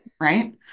right